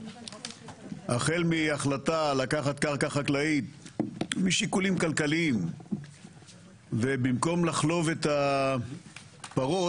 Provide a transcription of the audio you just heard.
החל מהחלטה לקחת קרקע חקלאית משיקולים כלכליים ובמקום לחלוב את הפרות